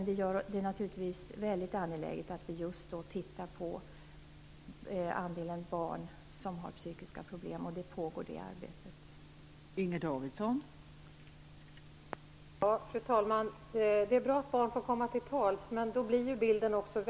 Det gör det naturligtvis väldigt angeläget att vi tittar på andelen barn som har psykiska problem, och det är ett arbete som pågår.